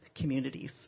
communities